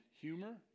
humor